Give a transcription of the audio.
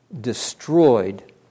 destroyed